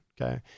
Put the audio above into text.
Okay